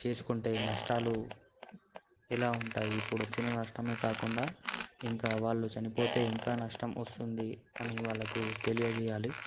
చేసుకుంటే నష్టాలు ఎలా ఉంటాయి ఇప్పుడు వచ్చిన నష్టమే కాకుండా ఇంకా వాళ్ళు చనిపోతే ఇంకా నష్టం వస్తుంది అని వాళ్ళకు తెలియజేయాలి